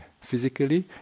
physically